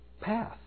path